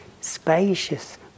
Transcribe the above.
spacious